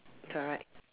correct